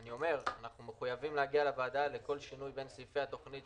אנחנו מחויבים להגיע לוועדה על כל שינוי של 15% בין סעיפי התוכנית.